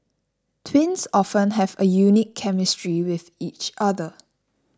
twins often have a unique chemistry with each other